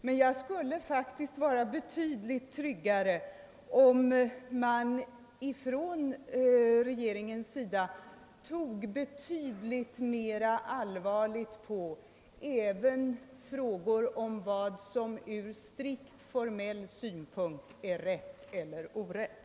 Men jag skulle faktiskt vara betydligt tryggare, om man inom regeringen tog mera allvarligt även på frågor som gäller vad som ur strikt formell synpunkt är rätt eller orätt.